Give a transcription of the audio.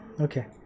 Okay